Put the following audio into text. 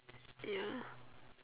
ya